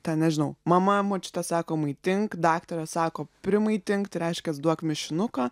ten nežinau mama močiutė sako maitink daktaras sako primaitink tai reiškias duok mišinuką